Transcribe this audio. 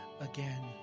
again